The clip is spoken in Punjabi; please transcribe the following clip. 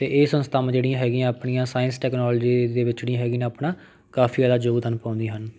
ਅਤੇ ਇਹ ਸੰਸਥਾਵਾਂ ਜਿਹੜੀਆਂ ਹੈਗੀਆਂ ਆਪਣੀਆਂ ਸਾਇੰਸ ਟੈਕਨੋਲਜੀ ਦੇ ਵਿੱਚ ਜਿਹੜੀਆਂ ਹੈਗੀਆਂ ਨੇ ਆਪਣਾ ਕਾਫੀ ਜ਼ਿਆਦਾ ਯੋਗਦਾਨ ਪਾਉਂਦੀਆਂ ਹਨ